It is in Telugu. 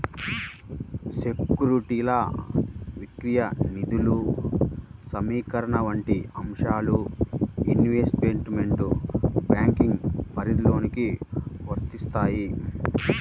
సెక్యూరిటీల విక్రయం, నిధుల సమీకరణ వంటి అంశాలు ఇన్వెస్ట్మెంట్ బ్యాంకింగ్ పరిధిలోకి వత్తాయి